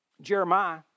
Jeremiah